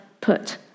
put